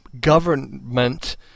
government